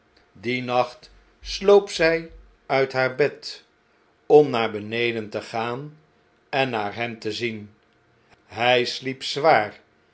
dien nacht sloop zjj uit haar bed om naar beneden te gaan en naar hem te zien hjj sliep zwaar